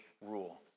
rule